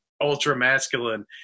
ultra-masculine